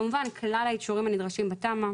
כמובן כלל האישורים הנדרשים בתמ"א